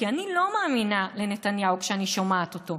כי אני לא מאמינה לנתניהו כשאני שומעת אותו,